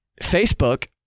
Facebook